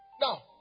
Now